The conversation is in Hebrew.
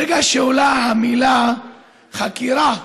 ברגע שעולה המילה חקירה,